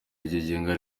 ryigenga